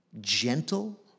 gentle